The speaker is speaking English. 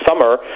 summer